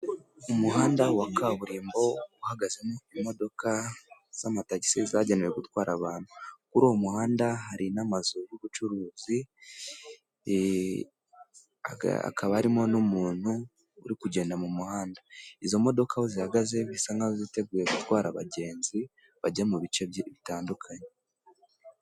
Umuhanda wa kaburimbo, uhagazemo imodoka z'amatagisi zagenewe gutwara abantu. Kuri uwo muhanda hari n'amazu y'ubucuruzi, hakaba harimo n'umuntu uri kugenda mu muhanda. Izo modoka aho zihagaze, bisa nkaho ziteguye gutwara abagenzi bajya mu bice bitandukanye.